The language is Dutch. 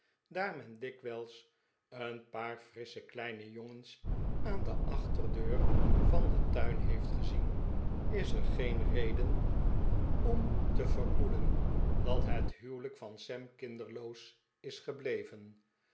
daar men dikwijls een paar frissche kleine jongens aan de achterdeur van den tuin heeft gezien is er geen reden om te vermoeden dat het huwelijk van sam kinderloos is gebleven